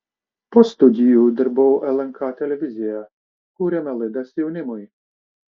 po studijų dirbau lnk televizijoje kūrėme laidas jaunimui